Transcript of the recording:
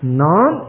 non